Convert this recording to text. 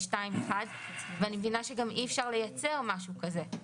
2(1). אני מבינה שגם אי אפשר לייצר משהו כזה.